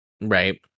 Right